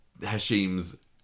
Hashim's